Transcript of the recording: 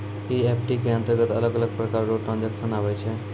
EFT के अंतरगत अलग अलग प्रकार रो ट्रांजेक्शन आवै छै